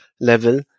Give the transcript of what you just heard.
level